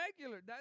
regular